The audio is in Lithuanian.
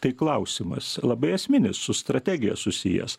tai klausimas labai esminis su strategija susijęs